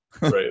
Right